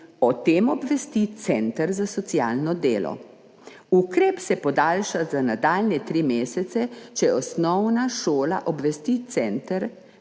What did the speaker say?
o tem obvesti center za socialno delo. Ukrep se podaljša za nadaljnje tri mesece, če osnovna šola obvesti center